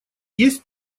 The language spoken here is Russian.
есть